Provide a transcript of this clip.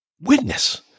witness